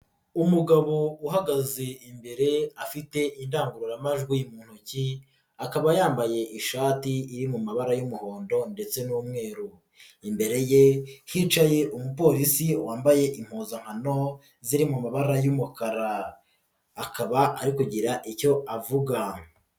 Umugabo uhagaze imbere afite indangururamajwi mu ntoki akaba yambaye ishati iri mu mabara y'umuhondo ndetse n'umweru, imbere ye hicaye umupolisi wambaye impuzankano ziri mu mabara y'umukara akaba ari kugira icyo avuga.